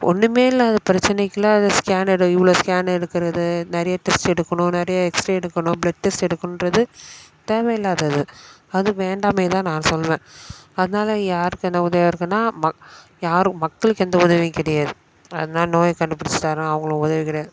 ஒன்னுமே இல்லாத பிரச்சினைக்குலாம் அதை ஸ்கேன் எடு இவ்வளோ ஸ்கேன் எடுக்கிறது நிறைய டெஸ்ட் எடுக்கணும் நிறைய எக்ஸ்ரே எடுக்கணும் ப்ளட் டெஸ்ட் எடுக்கணுன்றது தேவை இல்லாதது அது வேண்டாமேன்னுதான் நான் சொல்வேன் அதனால் யாருக்கு என்ன உதவியாக இருக்குதுன்னா மக் யாரும் மக்களுக்கு எந்த உதவியும் கிடையாது அதனால் நோயை கண்டுப்பிடிச்சி தரோம் அவங்களுக்கு உதவுகிற